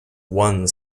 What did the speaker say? one